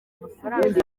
amafaranga